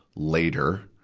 later,